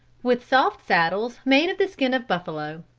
with soft saddles made of the skin of buffalo,